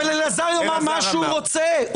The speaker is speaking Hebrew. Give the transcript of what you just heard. אבל אלעזר יאמר מה שהוא רוצה.